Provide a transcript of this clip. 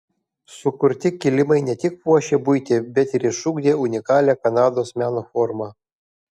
sukurti kilimai ne tik puošė buitį bet ir išugdė unikalią kanados meno formą